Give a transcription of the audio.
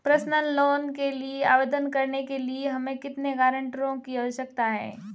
Personal loan के लिए आवेदन करने के लिए हमें कितने गारंटरों की आवश्यकता है?